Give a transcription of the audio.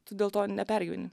tu dėl to nepergyveni